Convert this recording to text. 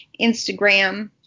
Instagram